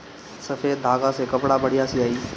सफ़ेद धागा से कपड़ा बढ़िया सियाई